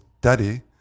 Daddy